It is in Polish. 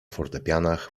fortepianach